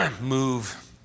move